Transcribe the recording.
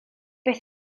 beth